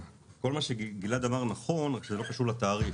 כל מה שגלעד אמר נכון, רק שזה לא חשוב לתעריף.